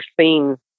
seen